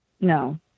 No